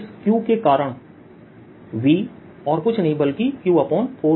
इस Q के कारण V और कुछ नहीं बल्कि Q4π0Rहै